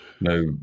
no